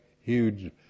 huge